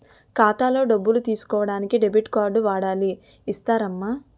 ఖాతాలో డబ్బులు తీసుకోడానికి డెబిట్ కార్డు కావాలి ఇస్తారమ్మా